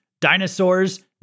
dinosaurs